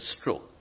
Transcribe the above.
stroke